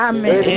Amen